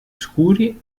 scuri